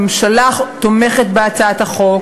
הממשלה תומכת בהצעת החוק,